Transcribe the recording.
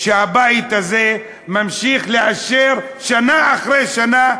שהבית הזה ממשיך לאשר שנה אחרי שנה,